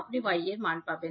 আপনি y পাবেন